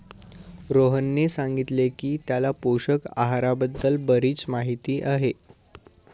रोहनने सांगितले की त्याला पोषक आहाराबद्दल बरीच माहिती आहे